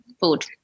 food